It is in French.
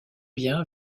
bien